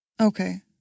Okay